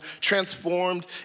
Transformed